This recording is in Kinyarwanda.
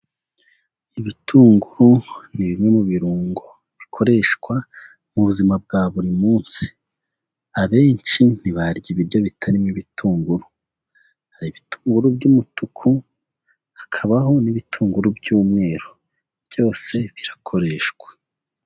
Ibitunguru ni bimwe mu birungo bikoreshwa mu buzima bwa buri munsi, abenshi ntibarya ibiryo bitarimo ibitunguru, hari ibitunguru by'umutuku hakabaho n'ibitunguru by'umweru byose birakoreshwa.